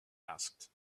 asked